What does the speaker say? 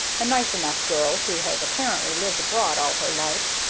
a nice enough girl, who has apparently lived abroad all her life.